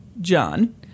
John